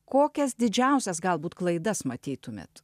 kokias didžiausias galbūt klaidas matytumėte